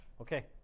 Okay